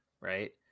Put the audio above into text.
right